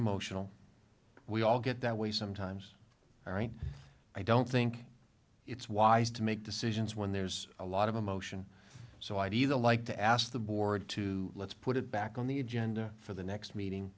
emotional we all get that way sometimes all right i don't think it's wise to make decisions when there's a lot of emotion so i either like to ask the board to let's put it back on the agenda for the next meeting